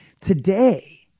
Today